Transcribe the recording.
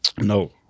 No